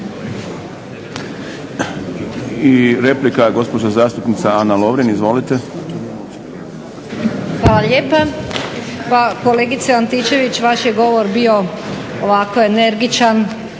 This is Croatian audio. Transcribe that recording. I replika gospođa zastupnica Ana Lovrin. Izvolite. **Lovrin, Ana (HDZ)** Hvala lijepa. Pa kolegice Antičević vaš je govor bio ovako energičan,